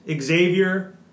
Xavier